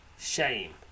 Shame